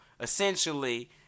essentially